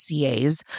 CAs